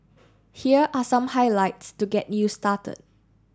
here are some highlights to get you started